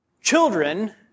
children